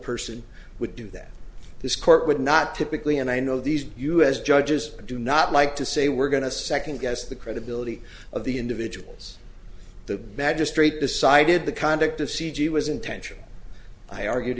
person would do that this court would not typically and i know these u s judges do not like to say we're going to second guess the credibility of the individuals the magistrate decided the conduct of c g was intentional i argued